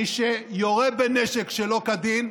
מי שיורה בנשק שלא כדין,